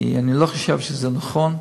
כי אני לא חושב שזה נכון,